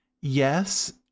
Yes